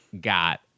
got